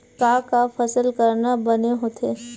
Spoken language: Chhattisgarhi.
का का फसल करना बने होथे?